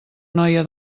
noia